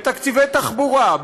בתקציבי תחבורה,